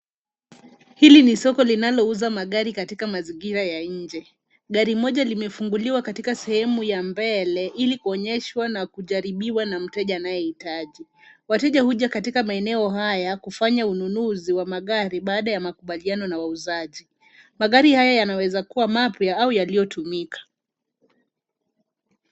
Hili ni soko linalouza magari katika mazingira ya nje. Gari moja limefunguliwa katika sehemu ya mbele ili kuonyeshwa na kujaribiwa na mteja anayehitaji. Wateja huja katika maeneo haya kufanya ununuzi wa magari baada ya makubaliano na wauzaji. Magari haya yanaweza kuwa mapya au yaliyotumika.